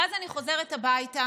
ואז אני חוזרת הביתה